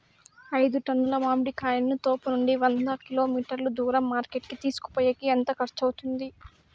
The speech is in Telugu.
ఐదు టన్నుల మామిడి కాయలను తోపునుండి వంద కిలోమీటర్లు దూరం మార్కెట్ కి తీసుకొనిపోయేకి ఎంత ఖర్చు అవుతుంది?